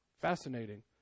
Fascinating